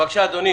בבקשה, אדוני.